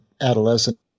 adolescent